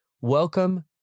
Welcome